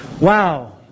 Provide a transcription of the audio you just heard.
Wow